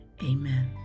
Amen